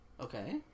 Okay